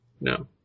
No